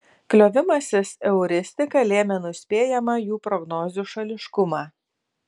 kliovimasis euristika lėmė nuspėjamą jų prognozių šališkumą